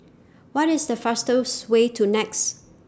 What IS The fastest Way to Nex